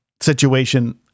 situation